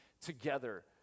together